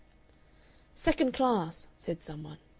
second class, said some one,